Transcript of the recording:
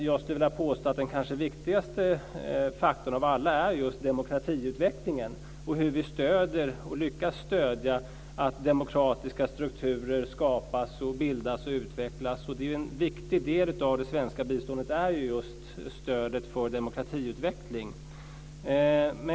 Jag skulle vilja påstå att den kanske viktigaste faktorn av alla är just demokratiutvecklingen och hur vi lyckas stödja att demokratiska strukturer skapas, bildas och utvecklas. En viktig del av det svenska biståndet är just stödet för demokratiutveckling.